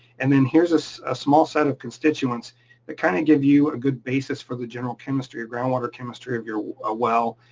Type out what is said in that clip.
and then here's a small set of constituents that kinda give you a good basis for the general chemistry or ground water chemistry of your ah well,